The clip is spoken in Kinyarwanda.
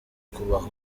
kubaho